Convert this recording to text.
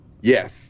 yes